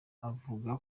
avuga